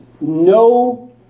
no